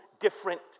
different